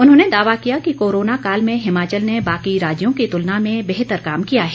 उन्होंने दावा किया कि कोरोना काल में हिमाचल ने बाकी राज्यों की तुलना में बेहतर काम किया है